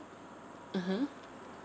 mmhmm